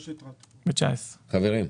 חברים,